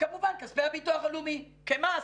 כמובן כספי הביטוח הלאומי כמס.